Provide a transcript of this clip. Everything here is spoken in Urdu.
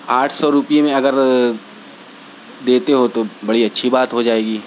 آٹھ سو روپیے میں اگر دیتے ہو تو بڑی اچھی بات ہو جائے گی